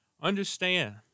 understand